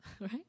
right